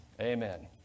Amen